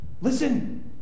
Listen